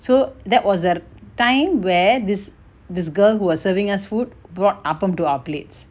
so that was a time where this this girl who was serving us food brought appam to our plates